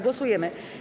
Głosujemy.